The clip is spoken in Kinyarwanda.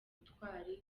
ubutwari